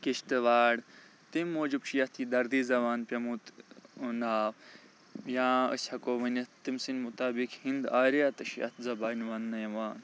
کَشتٕوار تَمہِ موجوٗب چھُ یتھ یہِ دردی زبان پیٚومُت ناو یا أسۍ ہیٚکو ؤنِتھ تٔمۍ سٕنٛدۍ مُطٲبق ہِنٛد آریہ تہِ چھُ یتھ زَبانہِ وننہٕ یِوان